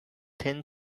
thin